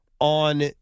On